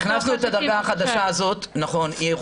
זו דרגה חדשה שהוכנסה.